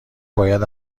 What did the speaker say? باید